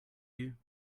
you